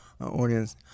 audience